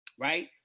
Right